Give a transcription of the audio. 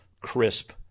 crisp